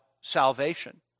salvation